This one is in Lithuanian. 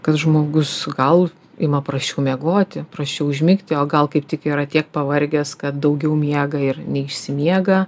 kad žmogus gal ima prasčiau miegoti prasčiau užmigti o gal kaip tik yra tiek pavargęs kad daugiau miega ir neišsimiega